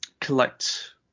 collect